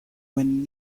when